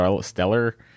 Stellar